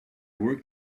work